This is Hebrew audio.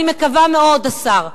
אני מקווה מאוד, השר,